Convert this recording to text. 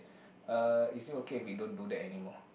uh is it okay if you don't do that anymore